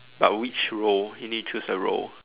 but which role you need to choose a role